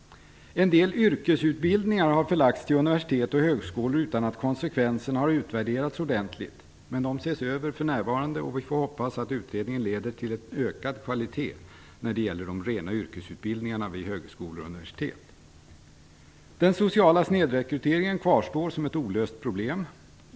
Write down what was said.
En del yrkesutbildningar har förlagts till universitet och högskolor utan att konsekvenserna har utvärderats ordentligt. Men de ses över för närvarande, och vi får hoppas att utredningen leder till ökad kvalitet när det gäller de rena yrkesutbildningarna vid högskolor och universitet. Den sociala snedrekryteringen kvarstår som ett olöst problem.